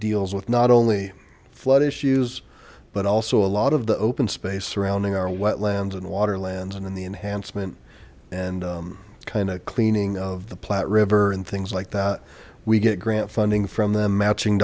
deals with not only flood issues but also a lot of the open space surrounding our wetlands and water lands and in the enhancement and kind of cleaning of the platte river and things like that we get grant funding from them matching